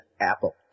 apple